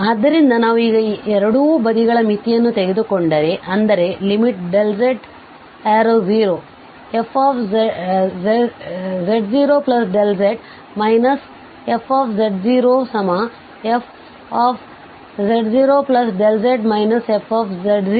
ಆದ್ದರಿಂದ ನಾವು ಈಗ ಎರಡೂ ಬದಿಗಳ ಮಿತಿಯನ್ನು ತೆಗೆದುಕೊಂಡರೆ ಅಂದರೆ z→0fz0z fz0fz0Δz fz0Δz ×Δz